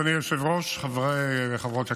אדוני היושב-ראש, חברי וחברות הכנסת,